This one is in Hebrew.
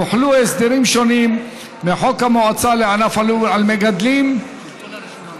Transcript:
הוחלו הסדרים שונים מחוק המועצה לענף הלול על מגדלים באזור,